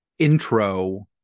intro